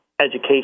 education